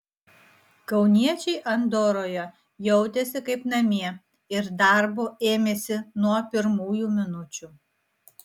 kauniečiai andoroje jautėsi kaip namie ir darbo ėmėsi nuo pirmųjų minučių